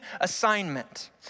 assignment